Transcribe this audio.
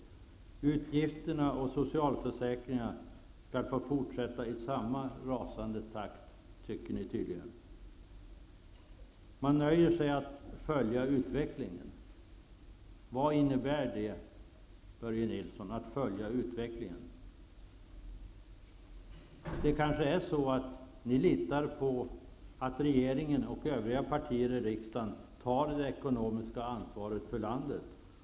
Ni tycker tydligen att utgifterna och socialförsäkringarna skall få fortsätta i samma rasande takt. Man nöjer sig med att följa utvecklingen. Vad innebär det att följa utvecklingen, Börje Nilsson? Ni litar på att regeringen och övriga partier i riksdagen tar det ekonomiska ansvaret för landet.